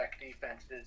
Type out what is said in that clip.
defenses